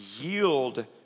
yield